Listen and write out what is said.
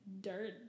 dirt